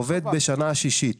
עובד בשנה השישית